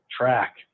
track